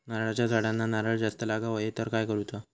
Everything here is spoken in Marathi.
नारळाच्या झाडांना नारळ जास्त लागा व्हाये तर काय करूचा?